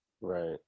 Right